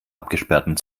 abgesperrten